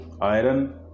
iron